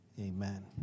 Amen